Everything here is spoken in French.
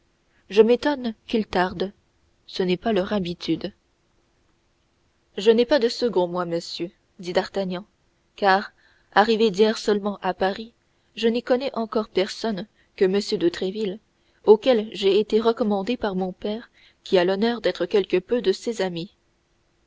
je m'étonne qu'ils tardent ce n'est pas leur habitude je n'ai pas de seconds moi monsieur dit d'artagnan car arrivé d'hier seulement à paris je n'y connais encore personne que m de tréville auquel j'ai été recommandé par mon père qui a l'honneur d'être quelque peu de ses amis